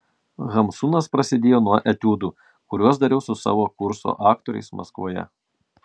hamsunas prasidėjo nuo etiudų kuriuos dariau su savo kurso aktoriais maskvoje